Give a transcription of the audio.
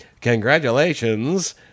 congratulations